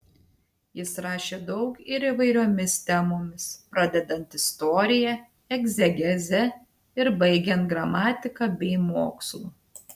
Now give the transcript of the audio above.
jis rašė daug ir įvairiomis temomis pradedant istorija egzegeze ir baigiant gramatika bei mokslu